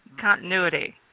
continuity